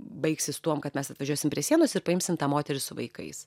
baigsis tuom kad mes atvažiuosim prie sienos ir paimsim tą moterį su vaikais